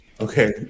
Okay